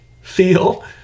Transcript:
feel